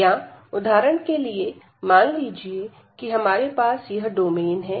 या उदाहरण के लिए मान लीजिए कि हमारे पास यह डोमेन है